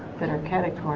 center kenick